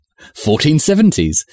1470s